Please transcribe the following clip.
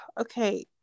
okay